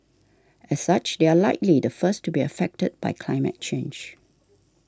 as such they are likely the first to be affected by climate change